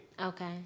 Okay